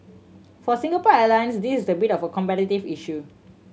for Singapore Airlines this is a bit of a competitive issue